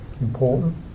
important